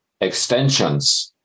extensions